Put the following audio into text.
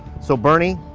so bernie,